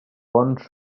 bons